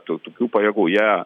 tų tokių pajėgų jie